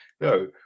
No